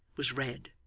was red,